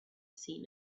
seen